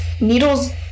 needles